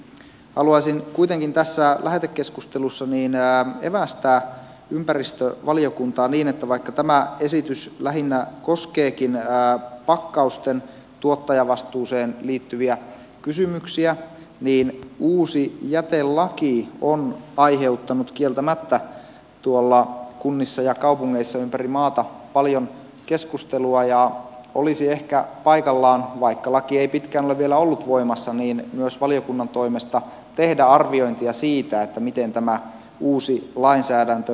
haluaisin kuitenkin tässä lähetekeskustelussa evästää ympäristövaliokuntaa niin että vaikka tämä esitys lähinnä koskeekin pakkausten tuottajavastuuseen liittyviä kysymyksiä niin uusi jätelaki on aiheuttanut kieltämättä tuolla kunnissa ja kaupungeissa ympäri maata paljon keskustelua ja olisi ehkä paikallaan vaikka laki ei pitkään ole vielä ollut voimassa myös valiokunnan toimesta tehdä arviointia siitä miten tämä uusi lainsäädäntö toimii